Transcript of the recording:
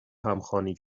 همخوانی